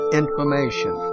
information